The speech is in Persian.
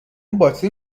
باطری